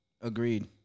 Agreed